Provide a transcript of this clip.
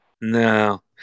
No